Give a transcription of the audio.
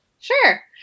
Sure